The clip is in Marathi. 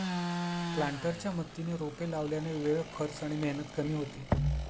प्लांटरच्या मदतीने रोपे लावल्याने वेळ, खर्च आणि मेहनत कमी होते